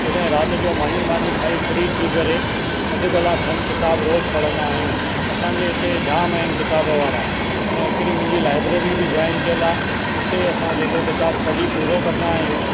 जॾहिं राति जो मानी बानी खाई फ्री थी करे अधु कलाकु खनि किताबु रोज़ु पढ़ंदा आहियूं असांजे हिते जाम आहिनि किताबु वारा हुन हिकिड़ी मुंहिंजी लाइब्रेरी बि जॉइन कयल आहे हुते असां जेको किताबु पढ़ी पूरो कंदा आहियूं